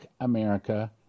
America